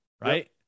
right